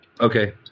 Okay